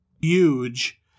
huge